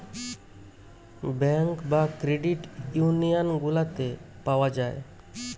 bank বা credit union গুলাতে পাওয়া যায়